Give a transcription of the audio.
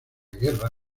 guerra